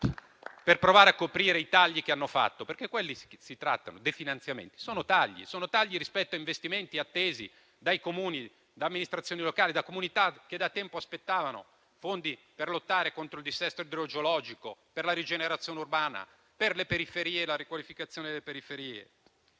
per provare a coprire i tagli che sono stati fatti, perché i definanziamenti sono tagli rispetto a investimenti attesi dai Comuni, da amministrazioni locali e da comunità che da tempo aspettavano fondi per lottare contro il dissesto idrogeologico, per la rigenerazione urbana, per le periferie